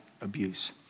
abuse